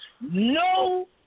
No